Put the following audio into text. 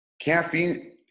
caffeine